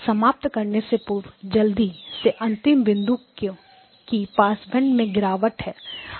समाप्त करने से पूर्व जल्दी से अंतिम बिंदु की पासबैंड में गिरावट है